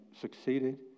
succeeded